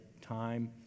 time